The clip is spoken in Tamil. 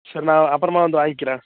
சரி நான் அப்புறமா வந்து வாங்கிறேன்